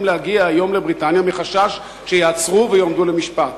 להגיע היום לבריטניה מחשש שייעצרו ויועמדו למשפט.